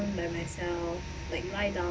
by myself like lie down